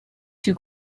two